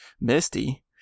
Misty